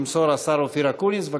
שימסור השר אופיר אקוניס.